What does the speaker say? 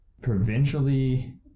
Provincially